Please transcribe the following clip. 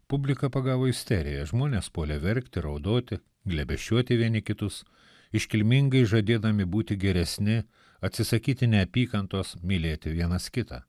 publiką pagavo isterija žmonės puolė verkti raudoti glėbesčiuoti vieni kitus iškilmingai žadėdami būti geresni atsisakyti neapykantos mylėti vienas kitą